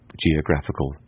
geographical